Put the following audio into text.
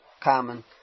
common